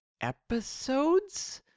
episodes